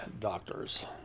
doctors